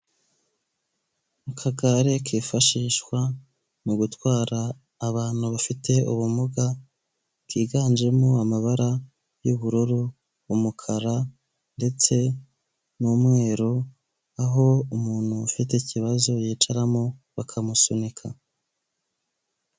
Mu kagare kifashishwa mu gutwara abantu bafite ubumuga kiganjemo amabara y'ubururu, umukaru, ndetse n'umweru aho umuntu ufite ikibazo yicaramo bakamusunika.